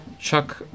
chuck